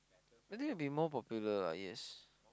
I think it will be more popular lah yes